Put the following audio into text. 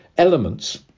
elements